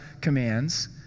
commands